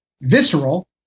visceral